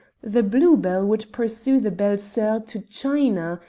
the blue-bell would pursue the belles soeurs to china.